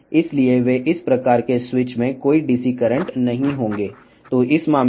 కాబట్టి ఈ రకమైన స్విచ్లలో డిసి కరెంట్ ప్రవాహము అనేది ఉండదు